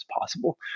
possible